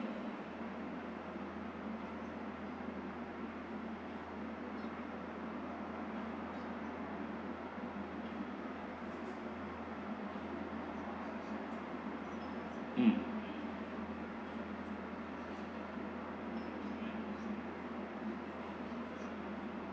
mm